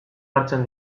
hartzen